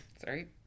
sorry